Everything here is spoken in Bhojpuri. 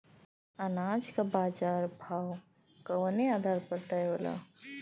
अनाज क बाजार भाव कवने आधार पर तय होला?